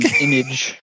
image